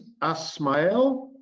Asmael